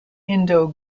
indo